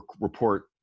report